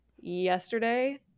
yesterday